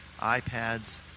iPads